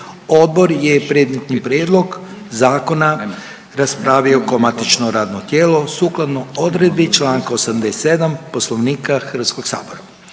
Odbor je predmetni prijedlog zakona raspravio kao matično radno tijelo sukladno odredbi čl. 87. Poslovnika HS-a. Uvodno